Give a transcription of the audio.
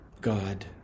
God